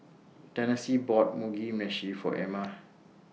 Tennessee bought Mugi Meshi For Emma